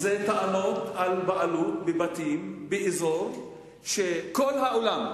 אלה טענות על בעלות בבתים באזור שכל העולם,